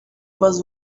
was